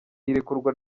irekurwa